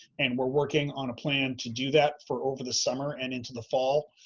and we're working on a plan to do that for over the summer and into the fall.